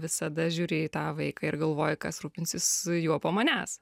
visada žiūri į tą vaiką ir galvoji kas rūpinsis juo po manęs